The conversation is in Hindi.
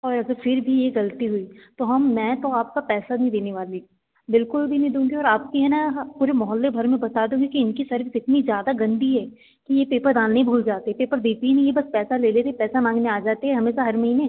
और अगर फिर भी ये गलती हुई तो हम मैं तो आपका पैसा नहीं देने वाली बिल्कुल भी नहीं दूँगी और आपकी है न पूरे मोहल्ले भर में बता दूँगी कि इनकी सर्विस इतनी ज़्यादा गंदी है कि ये पेपर डालना ही भूल जाते हैं पेपर देते ही नहीं हैं बस पैसा ले लेते हैं पैसा मांगने आ जाते हैं हमेसा हर महीने